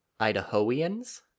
Idahoans